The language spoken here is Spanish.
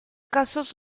casos